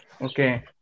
Okay